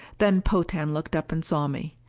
then potan looked up and saw me.